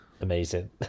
Amazing